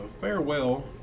farewell